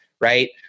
right